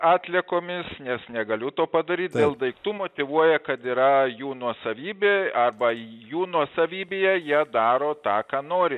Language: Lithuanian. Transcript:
atliekomis nes negaliu to padaryt dėl daiktų motyvuoja kad yra jų nuosavybė arba jų nuosavybėje jie daro tą ką nori